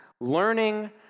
learning